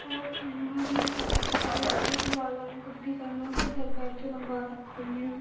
और खाना भी टाइम कपड़े उपड़े भी ऑनलाइन कुछ भी करना हो तो घर बैठे मँगवा सकते हैं